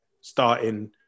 starting